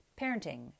parenting